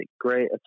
great